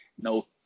No